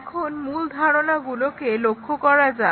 এখন মূল ধারণাগুলোকে লক্ষ্য করা যাক